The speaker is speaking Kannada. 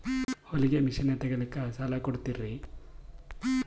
ಹೊಲಗಿ ಮಷಿನ್ ತೊಗೊಲಿಕ್ಕ ಸಾಲಾ ಕೊಡ್ತಿರಿ?